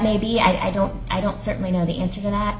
maybe i don't i don't certainly know the answer to that